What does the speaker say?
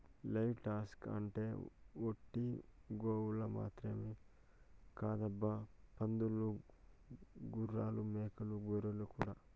live stock అంటే ఒట్టి గోవులు మాత్రమే కాదబ్బా పందులు గుర్రాలు మేకలు గొర్రెలు కూడా